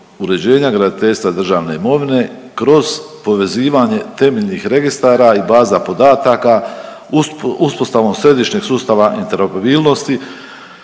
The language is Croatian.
uređenja, graditeljstva i državne imovine kroz povezivanje temeljnih registara i baza podataka uspostavom središnjeg sustava interoperabilnosti